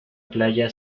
playa